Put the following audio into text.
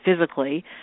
physically